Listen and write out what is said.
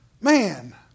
Man